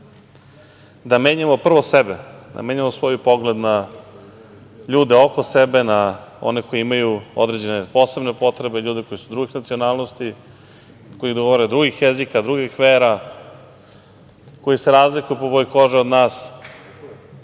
menjamo prvo sebe, da menjamo svoj pogled na ljude oko sebe, na one koji imaju određene posebne potrebe, ljude koji su drugih nacionalnosti, koji govore drugim jezikom, drugih vera, koji se razlikuju po boji kože od nas,